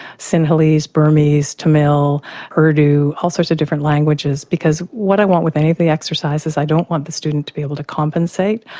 singhalese burmese, tamil urdu all those sort of different languages because what i want with ab exercises i don't want the student to be able to compensate,